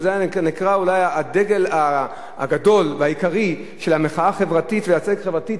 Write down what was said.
שזה אולי הדגל הגדול והעיקרי של המחאה החברתית והצדק החברתי,